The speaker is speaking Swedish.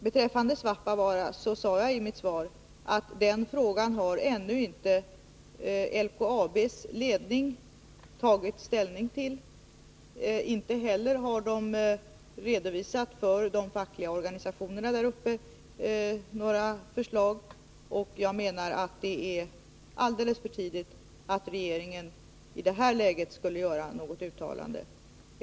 Beträffande Svappavaara sade jag i mitt svar att LKAB:s ledning ännu inte har tagit ställning till den frågan. Inte heller har den redovisat några förslag för de fackliga organisationerna vid företaget. Jag menar att det är alldeles för tidigt för att regeringen i det här läget skulle göra något uttalande.